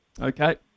Okay